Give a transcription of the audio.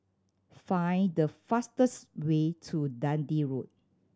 find the fastest way to Dundee Road